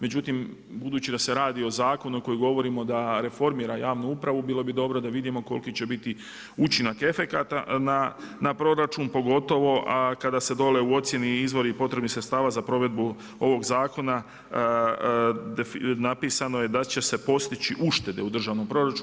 Međutim, budući da se radi o zakonu koji govorimo da reformira javnu upravu bilo bi dobro da vidimo koliki će biti učinak efekata na proračun pogotovo kada se dole u ocjeni izvori i potrebnih sredstava za potrebu ovog zakona napisano je da će se postići uštede u državnom proračunu.